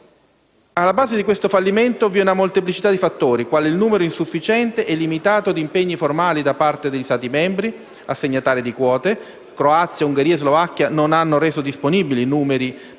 Alla base di tale fallimento vi è una molteplicità di fattori, quali il numero insufficiente e limitato di impegni formali da parte degli Stati membri assegnatari di quote dei migranti (Croazia, Ungheria e Slovacchia non hanno reso disponibili posti